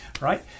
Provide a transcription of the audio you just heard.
right